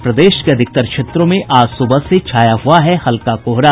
और प्रदेश के अधिकतर क्षेत्रों में आज सूबह से छाया हुआ है हल्का कोहरा